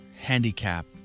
handicap